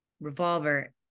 revolver